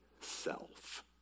self